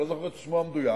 אני לא זוכר את שמו המדויק,